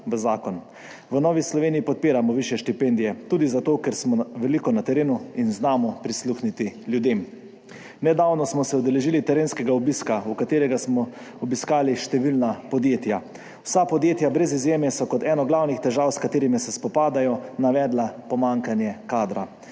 V Novi Sloveniji podpiramo višje štipendije tudi zato, ker smo veliko na terenu in znamo prisluhniti ljudem. Nedavno smo se udeležili terenskega obiska, na katerem smo obiskali številna podjetja. Vsa podjetja brez izjeme so kot eno glavnih težav, s katerimi se spopadajo, navedla pomanjkanje kadra.